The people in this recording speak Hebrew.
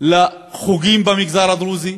לחוגים במגזר הדרוזי.